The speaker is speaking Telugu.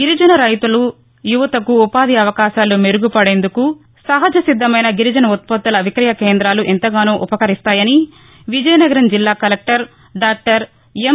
గిరిజన రైతులు యువతకు ఉపాధి అవకాశాలు మెరుగుపడేందుకు నహజ సిద్దమైన గిరిజన ఉత్పత్తుల విక్రయ కేంద్రాలు ఎంతగానో ఉపకరిస్తాయని విజయనగరం జిల్లా కలెక్టర్ డాక్టర్ ఎం